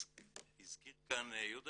הזכיר כאן יהודה